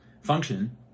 function